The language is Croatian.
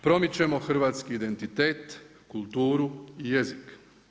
Promičemo hrvatski identitet, kulturu i jezik.